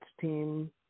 team